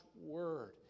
word